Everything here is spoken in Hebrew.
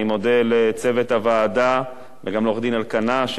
אני מודה לצוות הוועדה ולעורך-הדין אלקנה,